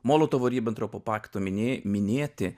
molotovo ribentropo pakto minė minėti